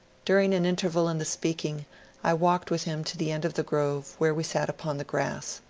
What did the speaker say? during an interval in the speaking i walked with him to the end of the grove, where we sat upon the grass.